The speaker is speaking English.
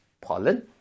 pollen